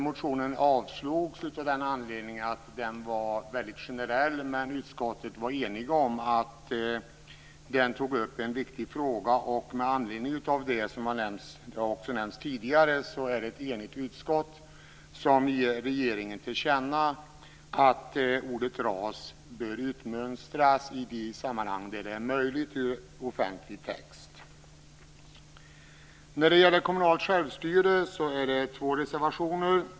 Motionen avslogs av den anledningen att den var väldigt generell. Utskottet var dock enigt om att den tog upp en viktig fråga, och med anledning av det som har nämnts - det har också nämnts tidigare - är det ett enigt utskott som ger regeringen till känna att ordet "ras" bör utmönstras ur offentlig text i de sammanhang där det är möjligt. Det finns två reservationer om kommunalt självstyre.